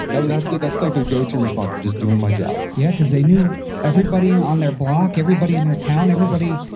that's their that's like their go-to response. i'm just doing my job. yeah. cause they knew everybody on their block, everybody in their town, everybody